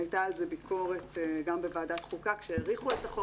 הייתה על זה ביקורת גם בוועדת חוקה כשהאריכו את החוק